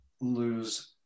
lose